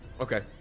okay